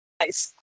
Nice